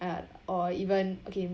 uh or even okay